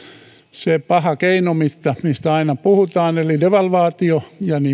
se paha keino mistä aina puhutaan eli devalvaatio ja